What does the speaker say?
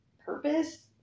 purpose